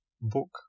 book